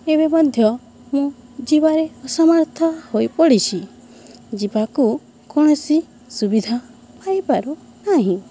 ଏବେ ମଧ୍ୟ ମୁଁ ଯିବାରେ ଅସମର୍ଥ ହୋଇପଡ଼ିଛି ଯିବାକୁ କୌଣସି ସୁବିଧା ପାଇପାରୁ ନାହିଁ